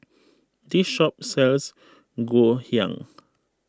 this shop sells Ngoh Hiang